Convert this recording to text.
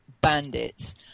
bandits